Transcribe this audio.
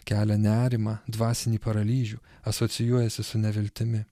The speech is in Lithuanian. kelia nerimą dvasinį paralyžių asocijuojasi su neviltimi